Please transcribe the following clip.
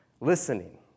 Listening